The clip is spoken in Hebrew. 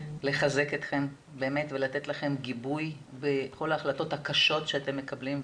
לחזק אתכם ולתת לכם גיבוי בכל ההחלטות הקשות שאתם מקבלים.